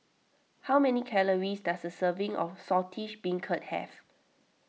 how many calories does a serving of Saltish Beancurd have